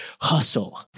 hustle